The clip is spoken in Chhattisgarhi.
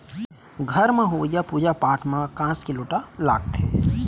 घर म होवइया पूजा पाठ म कांस के लोटा लागथे